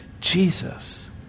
Jesus